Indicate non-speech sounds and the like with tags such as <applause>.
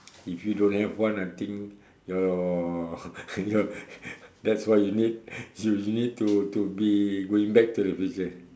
if you don't have one I think your <laughs> your <laughs> that's why you <laughs> you need to to be going back to the future